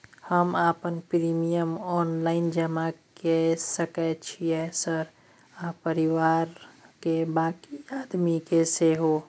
हम अपन premium online जमा के सके छियै सर आ परिवार के बाँकी आदमी के सेहो?